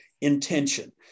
intention